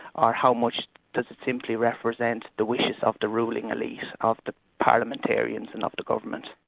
or how much does it simply represent the wishes of the ruling elite of the parliamentarians and of the government.